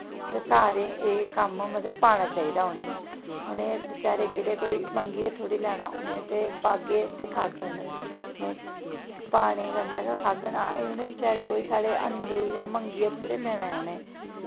मतलब सारे एह् कम्म पाना चाहिदा उ'नें गी उ'नें बचैरें कोई मंगियै थोह्ड़े लैना कोई उ'नें गी पाङन ते खांगन पाने कन्नै गै खांगन उ'नें बचैरें साढ़े अंदरों जां मंगियै थोह्ड़े लैना